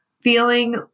feeling